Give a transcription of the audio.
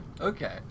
okay